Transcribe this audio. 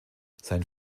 sein